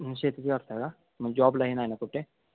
शेतीच करत आहे का म जॉबलाही नाही ना कुठे